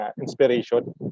inspiration